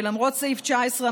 ולמרות סעיף 19,